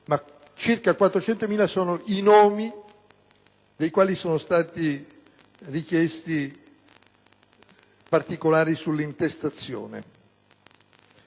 ma circa 400.000 sono i nomi sui quali sono stati richiesti particolari sull'intestazione.